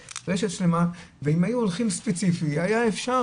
ואם היו הולכים ספציפי היה אפשר,